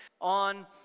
on